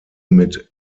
mit